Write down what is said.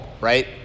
right